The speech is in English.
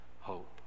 hope